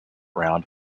round